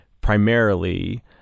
primarily